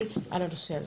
עם עוזי על הנושא הזה.